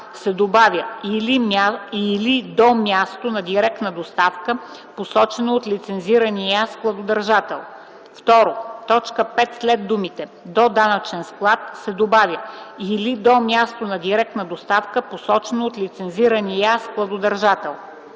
се добавя „или до място на директна доставка, посочено от лицензирания складодържател”. 2. В т. 5 след думите „до данъчен склад” се добавя „или до място на директна доставка, посочено от лицензирания складодържател”.”